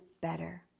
better